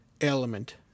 element